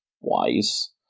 wise